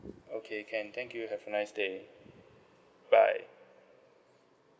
okay can thank you have a nice day bye